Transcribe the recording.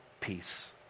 peace